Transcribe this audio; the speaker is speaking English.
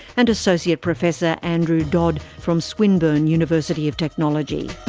and associate professor andrew dodd from swinburne university of technology.